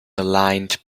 aligned